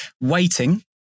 Waiting